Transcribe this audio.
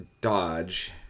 Dodge